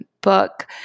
book